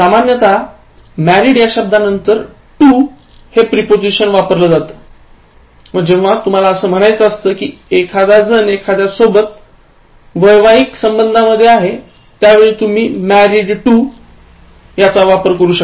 सामान्यतः married या शब्दांनंतर to हे प्रपोझिशन वापरतात व जेव्हा तुम्ही असं म्हणता कि एखादाजण एखाद्या सोबत वैवाहिक संबंधामध्ये आहे त्यावेळी तुम्ही married to याचा वापर करा